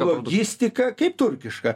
logistika kaip turkiška